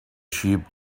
sheep